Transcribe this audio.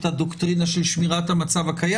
אבל דווקא שמה יש את הדוקטרינה של שמירת המצב הקיים.